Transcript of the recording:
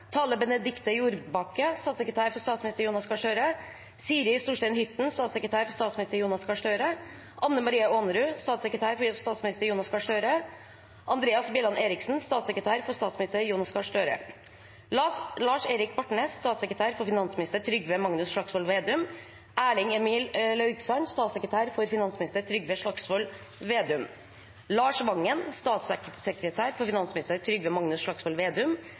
Tale Benedikte Jordbakke, statssekretær for statsminister Jonas Gahr Støre Siri Storstein Hytten, statssekretær for statsminister Jonas Gahr Støre Anne Marie Aanerud, statssekretær for statsminister Jonas Gahr Støre Andreas Bjelland Eriksen, statssekretær for statsminister Jonas Gahr Støre Lars Erik Bartnes, statssekretær for finansminister Trygve Magnus Slagsvold Vedum Erling Emil Laugsand, statssekretær for finansminister Trygve Magnus Slagsvold Vedum Lars Vangen, statssekretær for finansminister Trygve Magnus Slagsvold Vedum Erlend Trygve Grimstad, statssekretær for finansminister Trygve Magnus Slagsvold Vedum